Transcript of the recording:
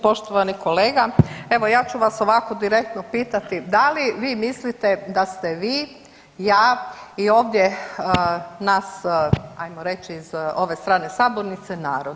Poštovani kolega, evo ja ću vas ovako direktno pitati da li vi mislite da ste vi, ja i ovdje nas ajmo reći iz ove strane sabornice narod?